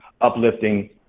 uplifting